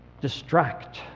distract